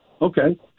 Okay